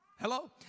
Hello